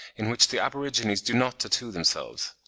in which the aborigines do not tattoo themselves.